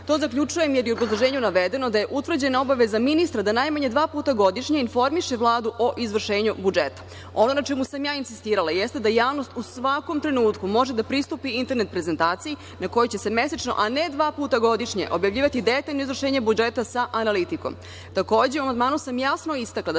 To zaključujem jer je u obrazloženju navedeno da je utvrđena obaveza ministra da najmanje dva puta godišnje informiše Vladu o izvršenju budžeta. Ono na čemu sam ja insistirala, jeste da javnost u svakom trenutku može da pristupi internet prezentaciji na kojoj će se mesečno, a ne dva puta godišnje, objavljivati detaljno izvršenje budžeta sa analitikom. Takođe, amandmanom sam jasno istakla da